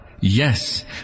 Yes